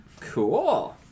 Cool